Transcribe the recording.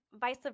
vice